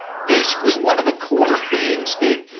basically, one of the core things that